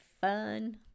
fun